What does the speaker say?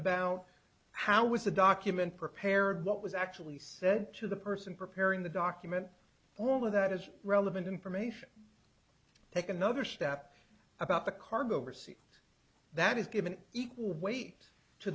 about how was the document prepared what was actually said to the person preparing the document all of that is relevant information take another step about the cargo oversee that is given equal weight to